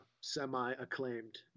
semi-acclaimed